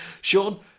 Sean